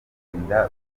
inda